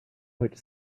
which